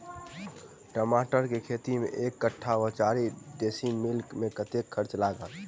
टमाटर केँ खेती मे एक कट्ठा वा चारि डीसमील मे कतेक खर्च लागत?